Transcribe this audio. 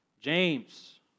James